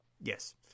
yes